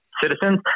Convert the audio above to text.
citizens